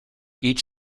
each